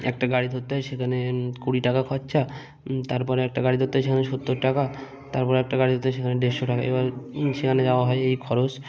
একটা গাড়ি ধরতে হয় সেখানে কুড়ি টাকা খরচা তারপর একটা গাড়ি ধরতে হয় সেখানে সত্তর টাকা তারপর একটা গাড়ি ধরতে হয় সেখানে দেড়শো টাকা এভাবে সেখানে যাওয়া হয় এই খরচ